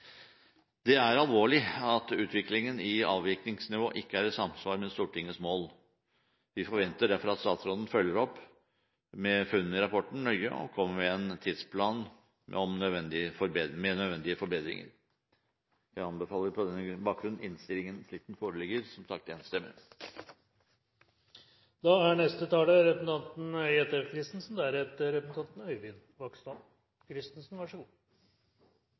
Det er alvorlig at utviklingen i avvirkningsnivået ikke er i samsvar med Stortingets mål. Vi forventer derfor at statsråden nøye følger opp funnene i rapporten og kommer med en tidsplan for nødvendige forbedringer. Jeg anbefaler på denne bakgrunn innstillingen slik den foreligger. Den er, som sagt, enstemmig. Det er ei ny erfaring å gå på Stortingets talarstol to gonger før lunsj og vere heilt einig i det representanten